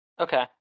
Okay